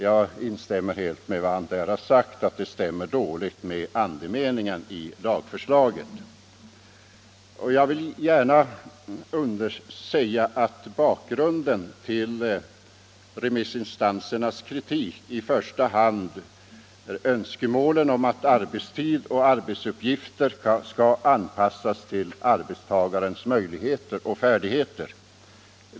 Jag instämmer helt med vad han där sagt, nämligen att det stämmer dåligt med andemeningen i lagförslaget. Bakgrunden till remissinstansernas kritik är i första hand önskemålet om att arbetstid och arbetsuppgifter skall anpassas till arbetstagarens möjligheter och färdigheter.